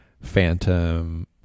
Phantom